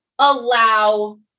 Allow